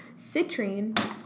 Citrine